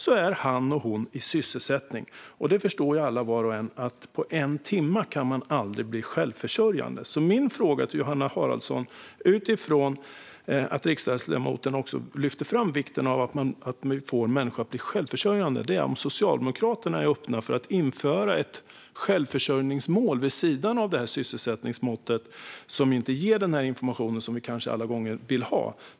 Då är han eller hon i sysselsättning, men det förstår ju var och en att på en timme kan man aldrig bli självförsörjande. Min fråga till Johanna Haraldsson, utifrån att riksdagsledamoten lyfte fram vikten av att få människor att bli självförsörjande, blir därför om Socialdemokraterna är öppna för att införa ett självförsörjningsmål vid sidan av sysselsättningsmåttet, som kanske inte ger den information vi vill ha alla gånger.